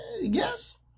Yes